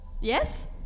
Yes